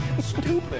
Stupid